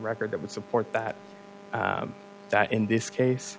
record that would support that that in this case